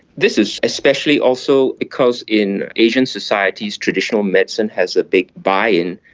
this is especially also because in asian societies traditional medicine has a big buy-in,